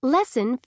Lesson